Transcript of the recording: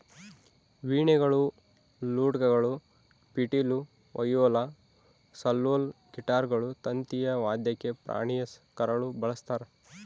ವೀಣೆಗಳು ಲೂಟ್ಗಳು ಪಿಟೀಲು ವಯೋಲಾ ಸೆಲ್ಲೋಲ್ ಗಿಟಾರ್ಗಳು ತಂತಿಯ ವಾದ್ಯಕ್ಕೆ ಪ್ರಾಣಿಯ ಕರಳು ಬಳಸ್ತಾರ